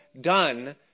done